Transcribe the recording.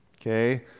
Okay